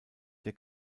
der